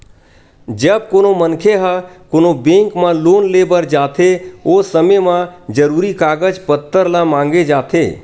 जब कोनो मनखे ह कोनो बेंक म लोन लेय बर जाथे ओ समे म जरुरी कागज पत्तर ल मांगे जाथे